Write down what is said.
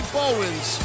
Bowens